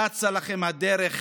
אצה לכם הדרך